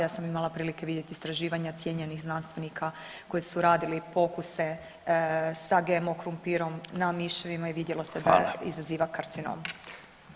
Ja sam imala prilike vidjeti istraživanja cijenjenih znanstvenika koji su radili pokuse sa GMO krumpirom na miševima i vidjelo se [[Upadica Radin: Hvala.]] da izaziva karcinom.